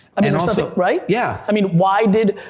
i mean also right? yeah. i mean, why did,